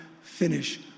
finish